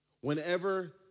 Whenever